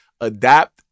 adapt